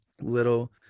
little